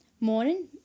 Morning